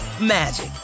magic